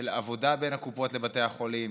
של עבודה בין הקופות לבתי החולים.